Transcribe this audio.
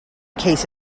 case